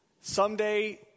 someday